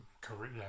career